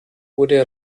wurde